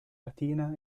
latina